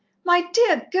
my dear